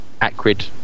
Acrid